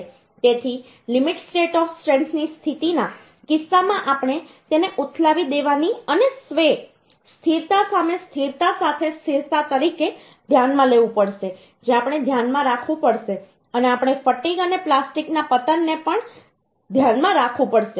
તેથી limit state of સ્ટ્રેન્થની સ્થિતિના કિસ્સામાં આપણે તેને ઉથલાવી દેવાની અને સ્વે સ્થિરતા સામે સ્થિરતા સાથે સ્થિરતા તરીકે ધ્યાનમાં લેવું પડશે જે આપણે ધ્યાનમાં રાખવું પડશે અને આપણે ફટિગ અને પ્લાસ્ટિકના પતન ને પણ ધ્યાનમાં રાખવું પડશે